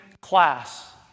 class